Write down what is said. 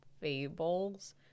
fables